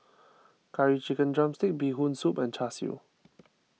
Curry Chicken Drumstick Bee Hoon Soup and Char Siu